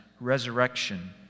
resurrection